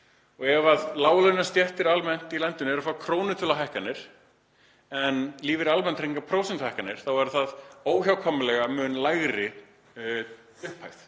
Ef láglaunastéttir almennt í landinu eru að fá krónutöluhækkanir en lífeyrir almannatrygginga prósentuhækkanir er það óhjákvæmilega mun lægri upphæð.